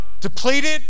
depleted